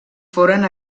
foren